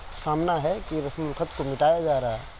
سامنا ہے کہ رسم الخط کو مٹایا جا رہا ہے